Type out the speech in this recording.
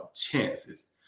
chances